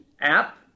app